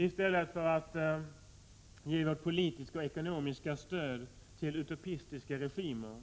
I stället för att ge vårt politiska och ekonomiska stöd till utopistiska regimer